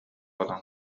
буолан